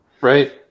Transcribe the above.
Right